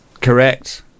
Correct